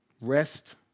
rest